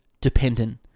Dependent